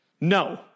No